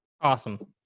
Awesome